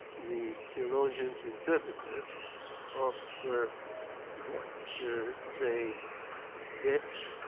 the so rheologist interpreters of what they get